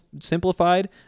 simplified